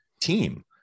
team